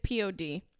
pod